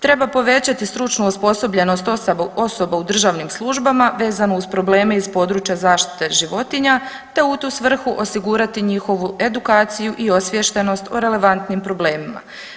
Treba povećati stručnu osposobljenost osoba u državnim službama vezano uz probleme iz područja zaštite životinja, te u tu svrhu osigurati njihovu edukaciju i osviještenost o relevantnim problemima.